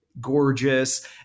gorgeous